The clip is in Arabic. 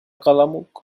قلمك